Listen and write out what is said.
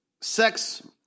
sex